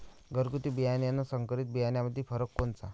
घरगुती बियाणे अन संकरीत बियाणामंदी फरक कोनचा?